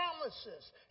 promises